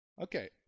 Okay